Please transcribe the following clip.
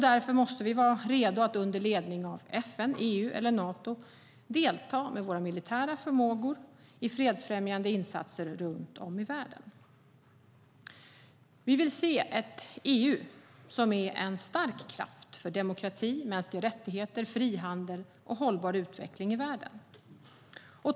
Därför måste vi vara redo att under ledning av FN, EU eller Nato delta med militära förmågor i fredsfrämjande insatser runt om i världen. Vi vill se ett EU som är en stark kraft för demokrati, mänskliga rättigheter, frihandel och hållbar utveckling i världen.